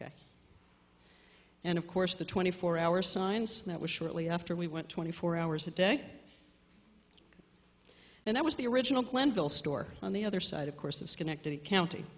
ok and of course the twenty four hour signs that was shortly after we went twenty four hours a day and that was the original plan bill store on the other side of course of schenectady county